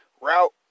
Route